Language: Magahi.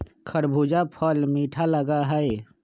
खरबूजा फल मीठा लगा हई